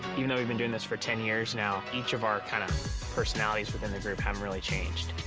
you know we've been doing this for ten years now, each of our kind of personalities within the group haven't really changed.